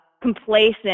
complacent